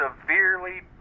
severely